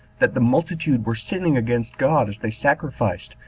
that the multitude were sinning against god as they sacrificed,